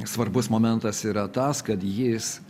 svarbus momentas yra tas kad jis